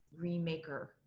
remaker